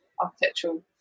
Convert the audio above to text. architectural